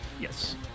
Yes